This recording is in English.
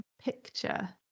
picture